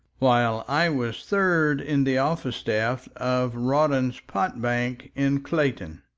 while i was third in the office staff of rawdon's pot-bank in clayton.